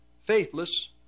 faithless